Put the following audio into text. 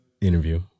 interview